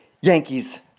Yankees